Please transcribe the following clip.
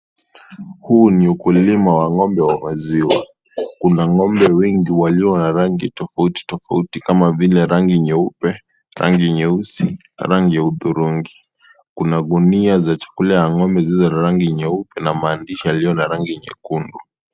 Huu ni ukulima wa ng'ombe wa maziwa, kuna ng'ombe wengi walio na rangi tofauti tofauti kama vile rangi nyeupe, rangi nyeusi na rangi ya hudhurungi kuna gunia za chakula ya ng'ombe zilizo rangi nyeupe na maandishi yaliyo na rangi nyekundu.